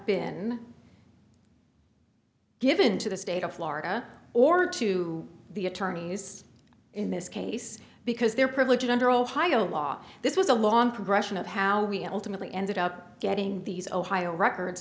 been given to the state of florida or to the attorneys in this case because their privilege under ohio law this was a long progression of how we ultimately ended up getting these ohio records